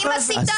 אני מסיתה?